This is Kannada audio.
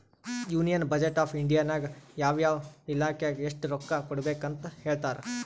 ಯೂನಿಯನ್ ಬಜೆಟ್ ಆಫ್ ಇಂಡಿಯಾ ನಾಗ್ ಯಾವ ಯಾವ ಇಲಾಖೆಗ್ ಎಸ್ಟ್ ರೊಕ್ಕಾ ಕೊಡ್ಬೇಕ್ ಅಂತ್ ಹೇಳ್ತಾರ್